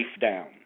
down